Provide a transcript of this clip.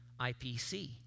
IPC